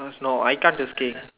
no I can't to stay